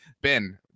Ben